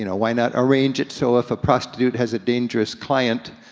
you know why not arrange it so if a prostitute has a dangerous client,